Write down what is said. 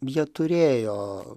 jie turėjo